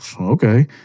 Okay